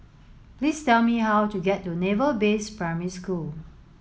please tell me how to get to Naval Base Primary School